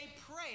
pray